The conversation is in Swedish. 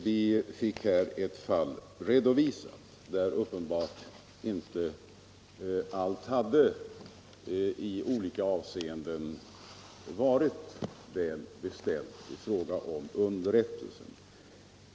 Vi fick här ett fall redovisat, där allt uppenbarligen inte hade varit väl beställt i det avseendet.